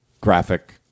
graphic